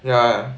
yeah